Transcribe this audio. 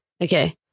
Okay